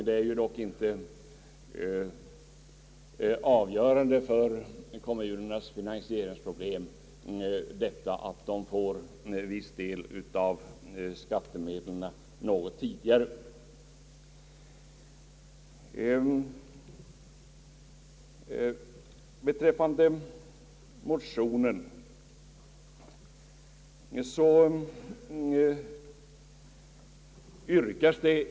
Detta att kommunerna skulle kunna få viss del av skattemedlen något tidigare är dock inte avgörande för kommunernas finansieringsproblem.